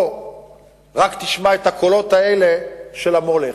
ורק תשמע את הקולות האלה, של המולך.